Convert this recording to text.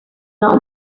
not